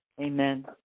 Amen